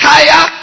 Higher